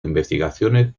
investigaciones